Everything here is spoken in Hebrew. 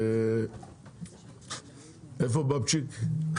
איפה בבצ'יק?